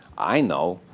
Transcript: i know.